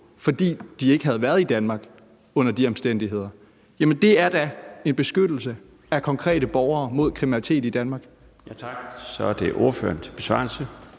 fordi de ikke havde været i Danmark under de omstændigheder. Det er da en beskyttelse af konkrete borgere mod kriminalitet i Danmark.